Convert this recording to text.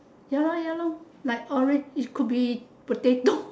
ya lah ya lor like orange it could be potato